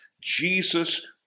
Jesus